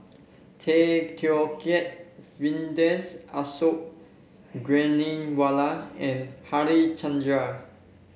Tay Teow Kiat Vijesh Ashok Ghariwala and Harichandra